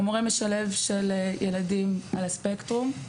הוא מורה משלב של ילדים על הספקטרום.